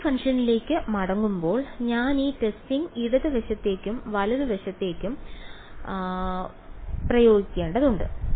testing ഫംഗ്ഷനിലേക്ക് മടങ്ങുമ്പോൾ ഞാൻ ഈ ടെസ്റ്റിംഗ് ഇടതുവശത്തേക്കും വലതുവശത്തേക്കും വലതുവശത്തേക്കും പ്രയോഗിക്കേണ്ടതുണ്ട്